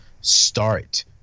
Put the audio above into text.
start